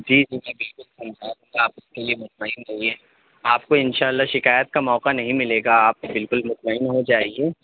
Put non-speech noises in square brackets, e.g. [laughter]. جی جی میں بالکل سمجھا [unintelligible] آپ اس کے لیے مطمئن رہیے آپ کو انشاء اللہ شکایت کا موقع نہیں ملے گا آپ بالکل مطمئن ہو جائیے